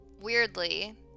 weirdly